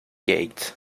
gate